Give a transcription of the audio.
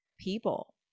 people